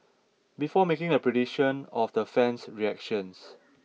before making a prediction of their fan's reactions